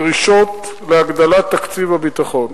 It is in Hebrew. שמענו דרישות להגדלת תקציב הביטחון.